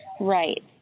Right